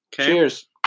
Cheers